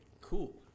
cool